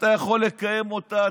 אתה יכול לקיים אותה,